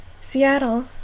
Seattle